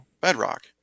bedrock